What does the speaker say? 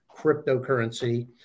cryptocurrency